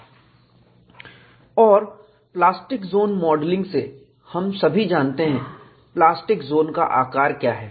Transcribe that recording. संदर्भ स्लाइड समय 0232 और प्लास्टिक जोन मॉडलिंग से हम सभी जानते हैं प्लास्टिक जोन का आकार क्या है